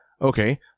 Okay